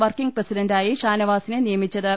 working പ്രസിഡന്റായി ഷാനവാസിനെ നിയമിച്ചത്